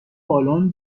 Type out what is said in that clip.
بالن